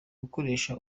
gukoresha